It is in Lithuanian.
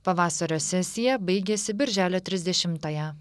pavasario sesija baigėsi birželio trisdešimtąją